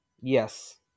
Yes